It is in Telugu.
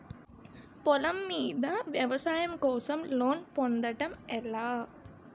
పొలం మీద వ్యవసాయం కోసం లోన్ పొందటం ఎలా?